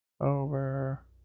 Over